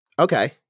Okay